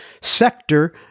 sector